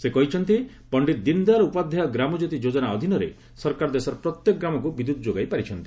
ସେ କହିଛନ୍ତି ପଣ୍ଡିତ ଦୀନ ଦୟାଲ୍ ଉପାଧ୍ୟାୟ ଗ୍ରାମକ୍ୟୋତି ଯୋଜନା ଅଧୀନରେ ସରକାର ଦେଶର ପ୍ରତ୍ୟେକ ଗ୍ରାମକୁ ବିଦୁତ୍ ଯୋଗାଇ ପାରି ଛନ୍ତି